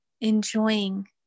enjoying